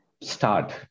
start